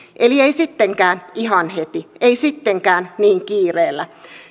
eli ei sittenkään ihan heti ei sittenkään niin kiireellä